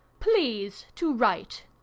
please to write!